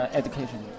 education